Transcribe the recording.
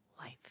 life